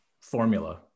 formula